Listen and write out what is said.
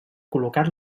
col·locat